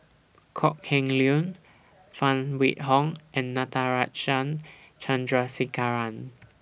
Kok Heng Leun Phan Wait Hong and Natarajan Chandrasekaran